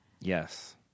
Yes